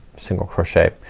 single crochet.